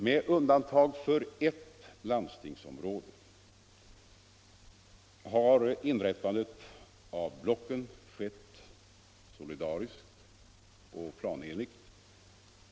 Med undantag för ett landstingsområde har inrättandet av blocken skett solidariskt och planenligt.